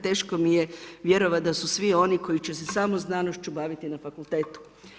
Teško mi je vjerovat da su svi oni koji će se samo znanošću baviti na fakultetu.